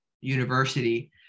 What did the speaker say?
university